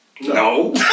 no